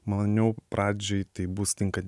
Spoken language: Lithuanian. maniau pradžioj tai bus tinka